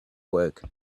work